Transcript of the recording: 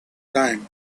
time